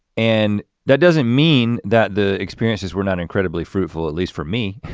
and that doesn't mean that the experiences were not incredibly fruitful, at least for me,